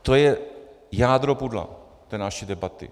To je jádro pudla té naší debaty.